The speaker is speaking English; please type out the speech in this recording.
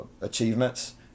achievements